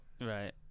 Right